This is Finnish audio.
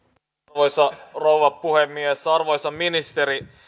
arvoisa rouva puhemies arvoisa ministeri